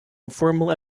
informal